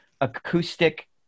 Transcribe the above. acoustic